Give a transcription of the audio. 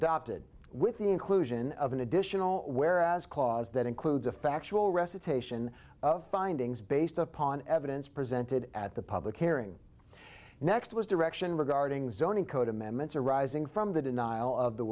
adopted with the inclusion of an additional whereas clause that includes a factual recitation of findings based upon evidence presented at the public hearing next was direction regarding zoning code amendments arising from the denial of the